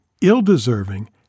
ill-deserving